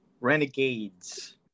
renegades